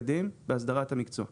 חה"כ עלי סלאלחה,